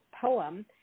poem